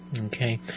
Okay